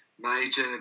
major